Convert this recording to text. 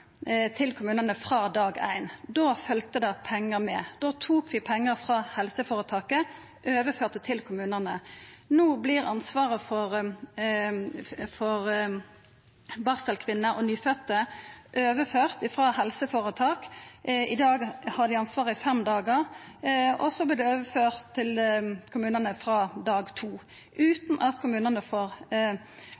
til kommunane frå dag éin. Da følgde det pengar med. Da tok ein pengar frå helseføretaka og overførte dei til kommunane. No vert ansvaret for barselkvinner og nyfødde ført over frå helseføretaka – i dag har dei ansvar i fem dagar – til kommunane frå dag to,